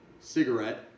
cigarette